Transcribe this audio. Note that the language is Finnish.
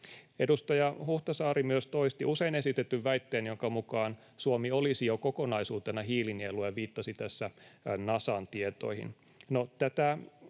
Edustaja Huhtasaari myös toisti usein esitetyn väitteen, jonka mukaan Suomi olisi jo kokonaisuutena hiilinielu, ja viittasi tässä Nasan tietoihin.